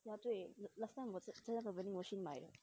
对 last time 我是在那个 vending machine 买的